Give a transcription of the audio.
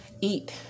eat